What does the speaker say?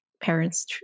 parents